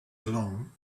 along